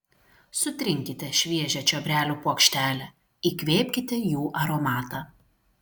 sutrinkite šviežią čiobrelių puokštelę įkvėpkite jų aromatą